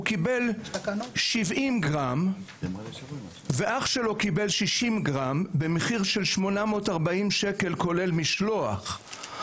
הוא קיבל 70 גרם ואח שלו קיבל 60 גרם במחיר של 840 ש"ח כולל משלוח.